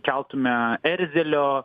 keltume erzelio